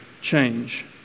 change